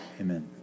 Amen